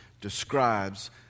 describes